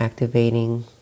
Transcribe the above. Activating